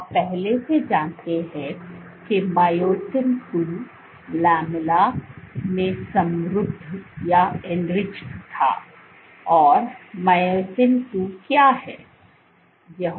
तो आप पहले से जानते हैं कि मायोसिन II लैमेला में समृद्ध था और मायोसिन II क्या है